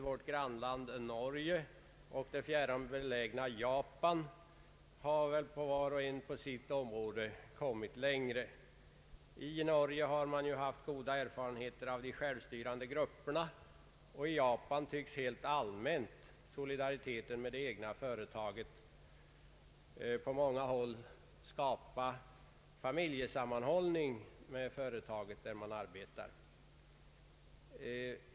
Vårt grannland Norge och det fjärran belägna Japan har väl båda på sitt område kommit längre. I Norge har man haft goda erfarenheter av de självstyrande grupperna, och i Japan tycks helt allmänt solidariteten med det egna företaget på många håll skapa familjesammanhållning med företaget där man arbetar.